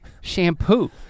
shampoo